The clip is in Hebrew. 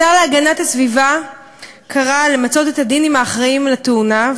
השר להגנת הסביבה קרא למצות את הדין עם האחראים לתאונה,